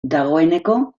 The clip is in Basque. dagoeneko